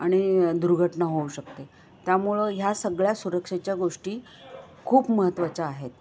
आणि दुर्घटना होऊ शकते त्यामुळं ह्या सगळ्या सुरक्षेच्या गोष्टी खूप महत्त्वाच्या आहेत